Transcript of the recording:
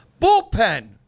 Bullpen